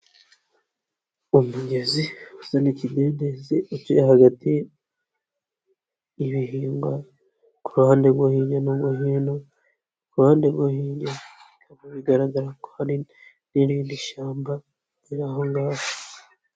Umugezi usa n'ikidendezi uciye hagati y'ibihingwa ku ruhande rwo hirya no hino, ku ruhande rwo hino birimo bigaragara ko hari n'irindi shyamba riri aho ngaho.